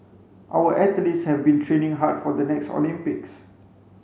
our athletes have been training hard for the next Olympics